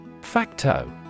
Facto